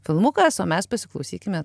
filmukas o mes pasiklausykime